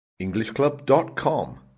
EnglishClub.com